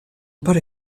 pare